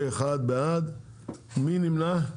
מי נמנע?